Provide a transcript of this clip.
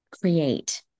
create